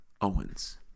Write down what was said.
Owens